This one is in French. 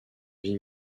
vie